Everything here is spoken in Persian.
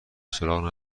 سراغ